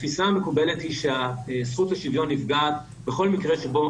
התפיסה המקובלת היא שהזכות לשוויון נפגעת בכל מקרה שבו